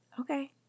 Okay